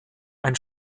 ein